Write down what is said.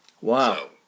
Wow